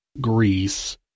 Greece